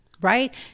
right